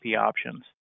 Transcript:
options